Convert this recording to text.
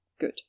Good